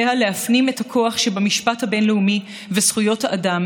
עליה להפנים את הכוח שבמשפט הבין-לאומי וזכויות האדם